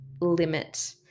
limit